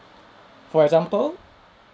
for example